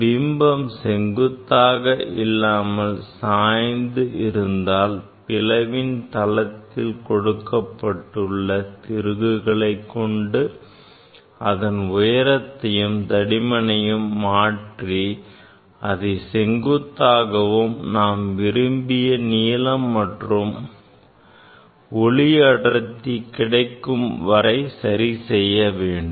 பிம்பம் செங்குத்தாக இல்லாமல் சாய்ந்து இருந்தால் பிளவின் தளத்தில் கொடுக்கப்பட்டுள்ள திருகுகளை கொண்டு அதன் உயரத்தையும் தடிமனையும் மாற்றி அதை செங்குத்தாகவும் நாம் விரும்பிய நீளம் மற்றும் ஒளி அடர்த்தி கிடைக்கும் வரை சரிசெய்ய வேண்டும்